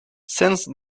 since